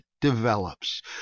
develops